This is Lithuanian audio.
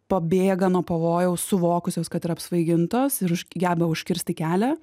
pabėga nuo pavojaus suvokusios kad yra apsvaigintos ir už geba užkirsti kelią